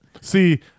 See